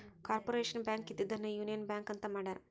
corporation Bank ಇದ್ದಿದ್ದನ್ನ Union Bank ಅಂತ ಮಾಡ್ಯಾರ